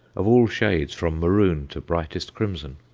of all shades from maroon to brightest crimson.